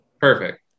perfect